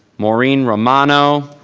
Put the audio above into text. maureen romano.